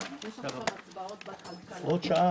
הישיבה ננעלה בשעה